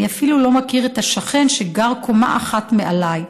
אני אפילו לא מכיר את השכן שגר קומה אחת מעליי.